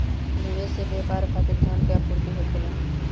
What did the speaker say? निवेश से व्यापार खातिर धन के आपूर्ति होखेला